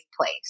place